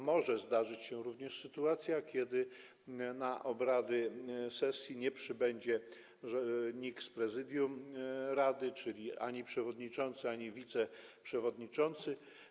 Może zdarzyć się również sytuacja, kiedy na obrady sesji nie przybędzie nikt z prezydium rady, czyli ani przewodniczący, ani wiceprzewodniczący.